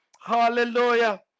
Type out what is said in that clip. Hallelujah